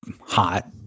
hot